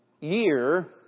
year